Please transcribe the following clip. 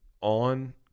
on